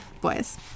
boys